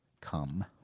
come